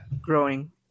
growing